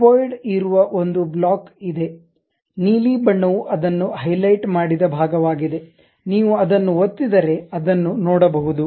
cuboid ಇರುವ ಒಂದು block ಇದೆ ನೀಲಿ ಬಣ್ಣವು ಅದನ್ನು ಹೈಲೈಟ್ ಮಾಡಿದ ಭಾಗವಾಗಿದೆ ನೀವು ಅದನ್ನುಒತ್ತಿದರೆ ಅದನ್ನು ನೋಡಬಹುದು